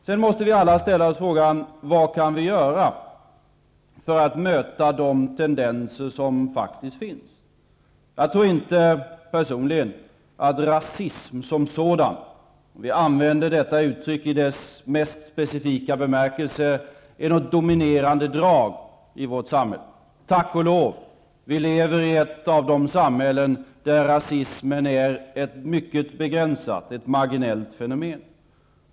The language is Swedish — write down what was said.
Sedan måste vi alla fråga oss vad vi kan göra för att möta de tendenser som faktiskt finns. Jag tror personligen inte att rasismen som sådan, om vi använder detta ord i dess mest specifika bemärkelse, är något dominerande drag i vårt samhälle. Tack och lov: Vi lever i ett av de samhällen där rasismen är ett marginellt fenomen.